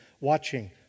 watching